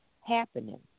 happening